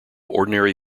ordinary